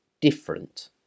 different